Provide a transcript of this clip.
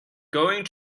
going